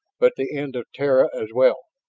but the end of terra as well.